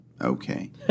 okay